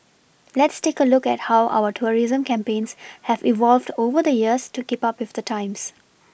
let's take a look at how our tourism campaigns have evolved over the years to keep up with the times